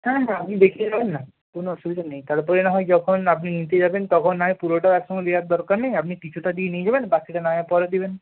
হ্যাঁ হ্যাঁ আপনি দেখে যাবেন না কোনো অসুবিধা নেই তারপরে না হয় যখন আপনি নিতে যাবেন তখন না হয় পুরোটা একসঙ্গে দেওয়ার দরকার নেই আপনি কিছুটা দিয়ে নিয়ে যাবেন বাকিটা না হয় পরে দেবেন